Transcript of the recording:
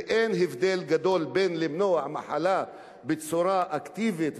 ואין הבדל גדול בין למנוע מחלה בצורה אקטיבית,